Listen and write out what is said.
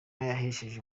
yahesheje